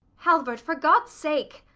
halvard for god's sake